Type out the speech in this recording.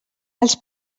els